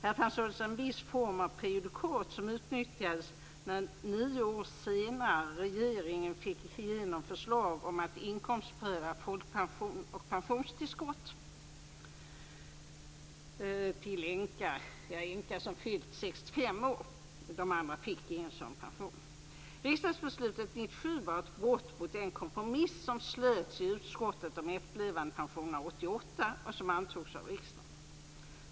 Här fanns alltså en viss form av prejudikat, som utnyttjades när nio år senare regeringen fick igenom förslag om att inkomstpröva folkpension och pensionstillskott till änka fram till dess att hon fyllt 65 år. De andra fick ingen sådan pension. Riksdagsbeslutet 1997 var ett brott mot den kompromiss som slöts i utskottet om efterlevandepensionerna 1988 och som antogs av riksdagen.